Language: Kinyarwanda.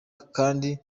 kandi